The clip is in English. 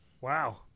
Wow